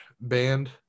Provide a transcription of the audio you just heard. band